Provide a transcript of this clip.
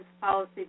Policy